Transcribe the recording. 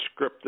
scripted